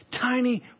tiny